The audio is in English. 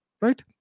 right